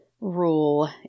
rule